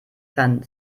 kann